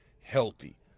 healthy